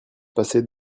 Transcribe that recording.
passer